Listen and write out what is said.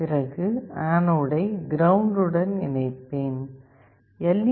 பிறகு ஆனோடை கிரவுண்ட் உடன் இணைப்பேன் எல்